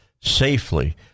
safely